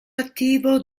attivo